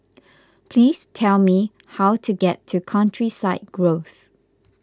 please tell me how to get to Countryside Grove